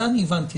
את זה אני הבנתי.